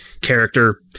character